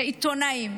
לעיתונאים: